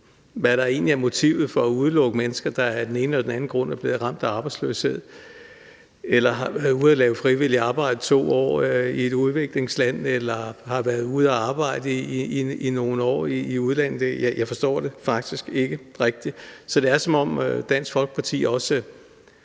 Hvad der egentlig er motivet for at udelukke mennesker, der af den ene eller anden grund er blevet ramt af arbejdsløshed eller har været ude at lave frivilligt arbejde 2 år i et udviklingsland eller har været ude at arbejde i nogle år i udlandet, forstår jeg faktisk ikke rigtigt. Det er, som om Dansk Folkeparti også